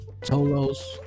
Tolos